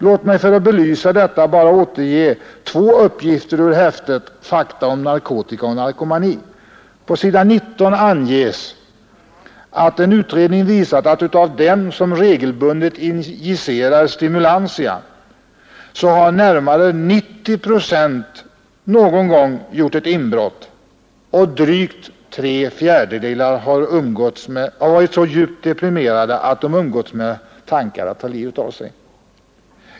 Låt mig för att belysa detta bara återge två uppgifter ur häftet ”Fakta om narkotika och narkomani”. På s. 19 anges att en utredning visat, att av dem som regelbundet injicerar stimulantia har närmare 90 procent någon gång gjort inbrott, och drygt tre fjärdedelar har varit så djupt deprimerade att de umgåtts med tanken att ta livet av sig.